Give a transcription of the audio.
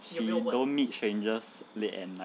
she don't meet strangers late at night